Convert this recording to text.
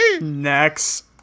Next